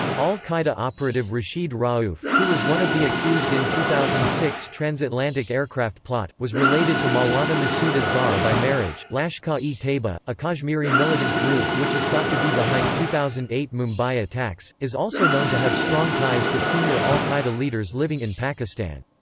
al-qaeda operative rashid rauf, who was one of the accused in two thousand and six transatlantic aircraft plot, was related to maulana masood azhar by marriage lashkar-e-taiba, a kashmiri militant group which is thought to be behind two thousand and eight mumbai attacks, is also known to have strong ties to senior al-qaeda leaders living in pakistan.